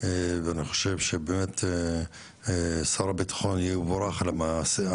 ואני חושב שבאמת שר הביטחון יבורך על המעשה,